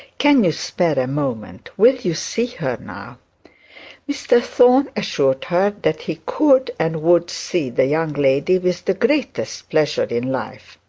can you spare a moment will you see her now mr thorne assured her that he could, and would see the young lady with the greatest pleasure in life.